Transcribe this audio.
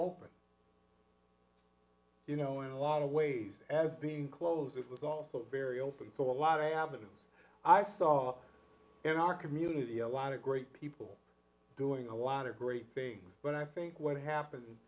open you know in a lot of ways as being close it was also very open for a lot of avenues i saw in our community a lot of great people doing a lot of great things but i think what happened